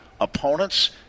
opponents